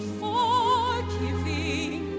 forgiving